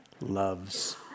loves